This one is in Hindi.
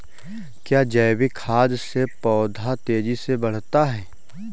क्या जैविक खाद से पौधा तेजी से बढ़ता है?